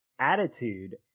attitude